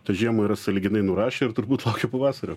tą žiemą yra sąlyginai nurašę ir turbūt laukia pavasario